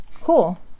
cool